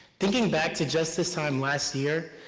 thinking back to just this time last year,